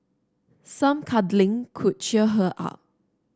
some cuddling could cheer her up